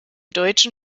deutschen